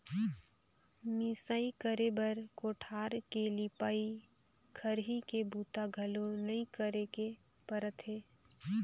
मिंसई करे बर कोठार के लिपई, खरही के बूता घलो नइ करे के परत हे